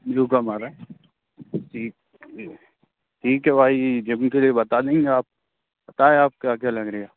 हमारा है ठीक है ठीक है भाई जिम के लिए बता देंगे आप पता है आप क्या क्या लग रहा है